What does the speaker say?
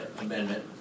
amendment